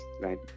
right